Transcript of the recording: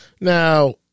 Now